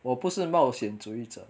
我不是冒险主义者